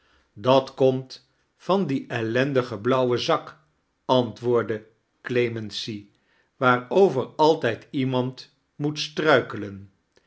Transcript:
dat komt van dien ellendigen blauwen zak antwoordde clemency waarover altijd iemand moet struikelen